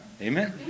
Amen